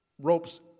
Ropes